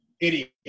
Idiot